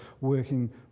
working